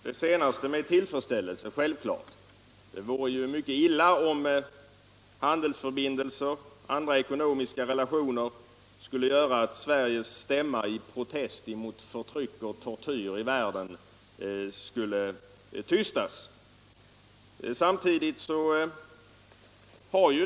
Herr talman! Jag noterar självfallet det senast anförda med tillfredsställelse. Det vore mycket illa om handelsförbindelser eller andra ekonomiska relationer skulle göra att Sveriges stämma i protest mot förtryck och tortyr i världen skulle tystas.